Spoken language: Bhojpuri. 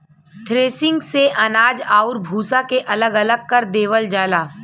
थ्रेसिंग से अनाज आउर भूसा के अलग अलग कर देवल जाला